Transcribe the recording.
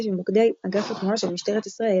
עם מוקדי אגף התנועה של משטרת ישראל